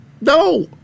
no